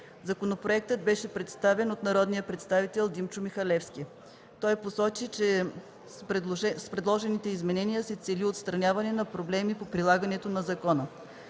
Законопроектът беше представен от народния представител Димчо Михалевски. Той посочи, че с предложените изменения се цели отстраняването на проблеми по прилагането на закона.